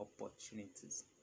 opportunities